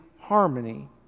harmony